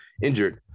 injured